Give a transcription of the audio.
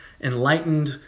enlightened